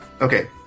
Okay